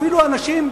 אפילו אנשים,